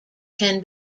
can